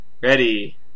Ready